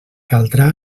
caldrà